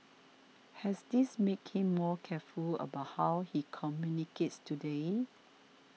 has this make him more careful about how he communicates today